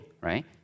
right